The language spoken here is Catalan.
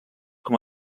com